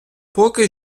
поки